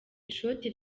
ishoti